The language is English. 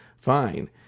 fine